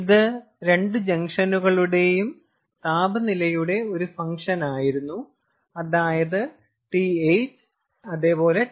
ഇത് രണ്ട് ജംഗ്ഷനുകളുടെയും താപനിലയുടെ ഒരു ഫംഗ്ഷനായിരുന്നു അതായത് TH TC